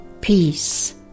peace